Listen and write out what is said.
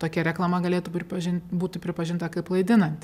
tokia reklama galėtų pripažint būti pripažinta kaip klaidinanti